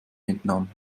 vietnam